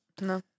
No